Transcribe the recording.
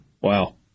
Wow